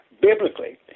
biblically